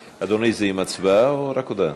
אדוני, זה עם הצבעה או רק הודעה?